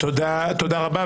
תודה רבה,